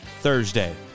Thursday